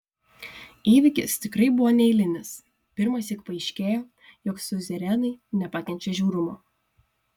įvykis tikrai buvo neeilinis pirmąsyk paaiškėjo jog siuzerenai nepakenčia žiaurumo